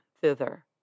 thither